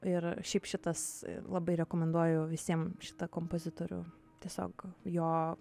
ir šiaip šitas labai rekomenduoju visiem šitą kompozitorių tiesiog jo